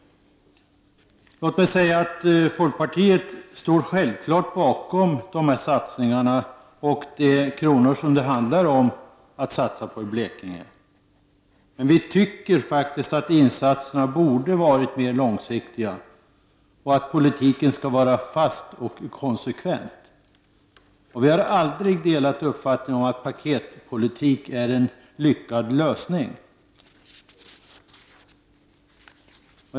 Låt mig då säga att folkpartiet självfallet står bakom dessa satsningar och de kronor som det handlar om att satsa på Blekinge. Men vi tycker faktiskt att insatserna borde ha varit mer långsiktiga och att politiken skall vara fast och konsekvent. Vi har aldrig haft uppfattningen att paketpolitik är en lyckad lösning.